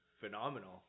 phenomenal